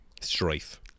strife